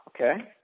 Okay